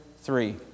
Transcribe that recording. three